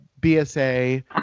BSA